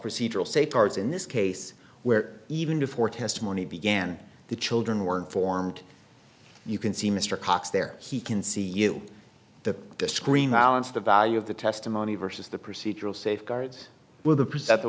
procedural safeguards in this case where even before testimony began the children were informed you can see mr cox there he can see you the screen violence the value of the testimony versus the procedural safeguards with the present the